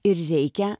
ir reikia